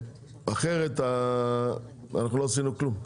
אחרת אנחנו לא עשינו כלום.